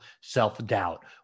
self-doubt